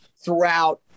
throughout